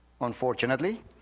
unfortunately